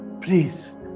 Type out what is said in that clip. please